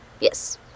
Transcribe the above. Yes